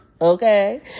okay